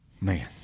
Man